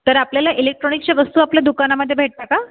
तर आपल्याला इलेक्ट्रॉनिकच्या वस्तू आपल्या दुकानामध्ये भेटतं का